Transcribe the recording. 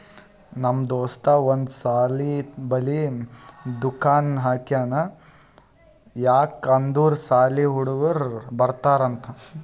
ನಮ್ ದೋಸ್ತ ಒಂದ್ ಸಾಲಿ ಬಲ್ಲಿ ದುಕಾನ್ ಹಾಕ್ಯಾನ್ ಯಾಕ್ ಅಂದುರ್ ಸಾಲಿ ಹುಡುಗರು ಬರ್ತಾರ್ ಅಂತ್